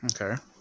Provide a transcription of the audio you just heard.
Okay